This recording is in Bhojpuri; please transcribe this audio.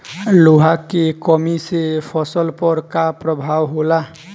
लोहा के कमी से फसल पर का प्रभाव होला?